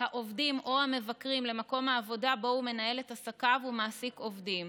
העובדים או המבקרים למקום העבודה שבו הוא מנהל את עסקיו ומעסיק עובדים,